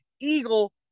Eagle